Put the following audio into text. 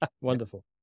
Wonderful